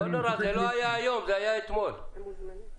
זה היה אתמול, לא היום.